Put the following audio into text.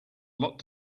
lot